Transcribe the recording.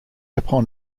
upon